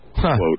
quote